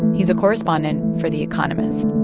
he's a correspondent for the economist